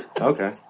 Okay